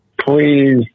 please